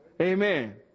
amen